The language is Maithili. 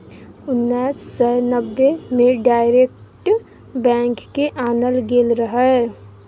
उन्नैस सय नब्बे मे डायरेक्ट बैंक केँ आनल गेल रहय